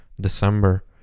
December